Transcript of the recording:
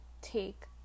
take